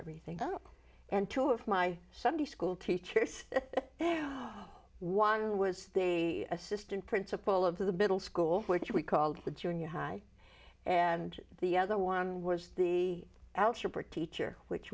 everything and two of my sunday school teachers there one was a assistant principal of the middle school which we called the junior high and the other one was the algebra teacher